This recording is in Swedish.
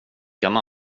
kan